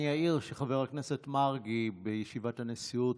אני אעיר שחבר הכנסת מרגי העלה את הנושא בישיבת הנשיאות,